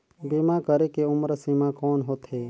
बीमा करे के उम्र सीमा कौन होथे?